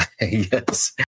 Yes